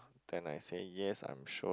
then I say yes I'm sure